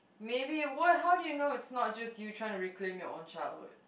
maybe what how do you know it's not just you tryna reclaim your own childhood